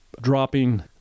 dropping